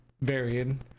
varying